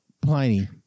Pliny